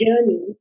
journey